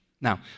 Now